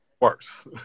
worse